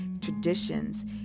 traditions